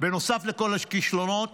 בנוסף לכל הכישלונות